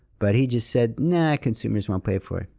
but he just said, nah, consumers won't pay for it.